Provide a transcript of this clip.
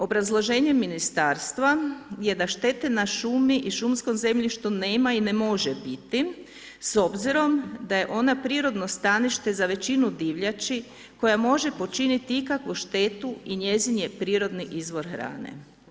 Obrazloženje ministarstva je da štete na šumi i šumskom zemljištu nema i ne može biti s obzirom da je ona prirodno stanište za većinu divljači koja može počiniti ikakvu štetu i njezin je prirodni izvor hrane.